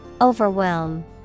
Overwhelm